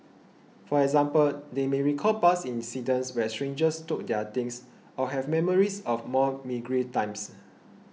for example they may recall past incidents where strangers took their things or have memories of more meagre times